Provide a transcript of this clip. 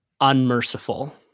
unmerciful